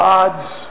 God's